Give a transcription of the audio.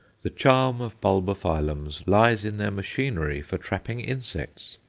the charm of bulbophyllums lies in their machinery for trapping insects.